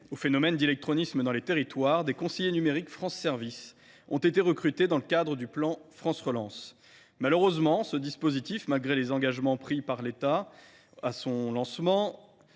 au phénomène d’illectronisme dans les territoires, des conseillers numériques France Services ont été recrutés dans le cadre du plan France Relance. Malheureusement, malgré les engagements pris par l’État à son lancement,